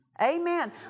Amen